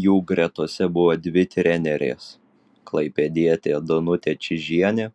jų gretose buvo dvi trenerės klaipėdietė danutė čyžienė